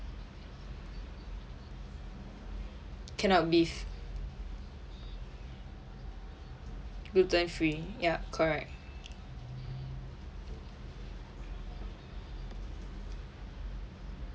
cannot beef gluten free ya correct